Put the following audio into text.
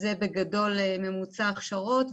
זה בגדול ממוצע ההכשרות.